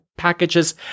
Packages